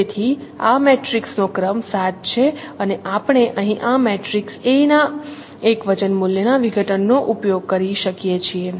તેથી આ મેટ્રિક્સનો ક્રમ 7 છે અને આપણે અહીં આ મેટ્રિક્સ એ ના એકવચન મૂલ્યના વિઘટનનો ઉપયોગ કરી શકીએ છીએ